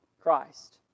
Christ